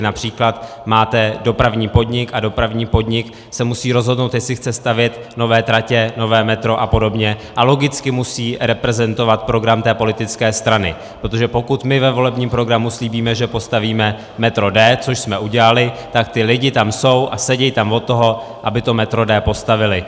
Například máte dopravní podnik a dopravní podnik se musí rozhodnout, jestli chce stavět nové tratě, nové metro a podobně, a logicky musí reprezentovat program té politické strany, protože pokud my ve volebním programu slíbíme, že postavíme metro D, což jsme udělali, tak ti lidé tam jsou a sedí tam proto, aby to metro D postavili.